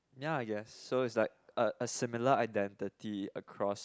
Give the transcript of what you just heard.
ya I guess so its like a a similar identity across